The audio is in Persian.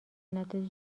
نداده